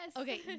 Okay